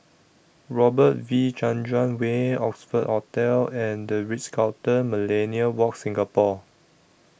Robert V Chandran Way Oxford Hotel and The Ritz Carlton Millenia Walk Singapore